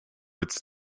its